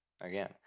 again